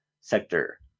sector